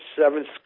seventh